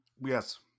Yes